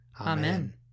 Amen